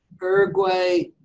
uruguay,